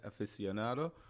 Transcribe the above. aficionado